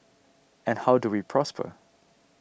and how do we prosper